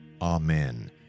Amen